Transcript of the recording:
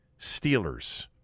Steelers